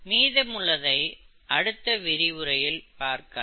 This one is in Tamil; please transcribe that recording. மீதமுள்ளதை அடுத்த விரிவுரையில் பார்க்கலாம்